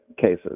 cases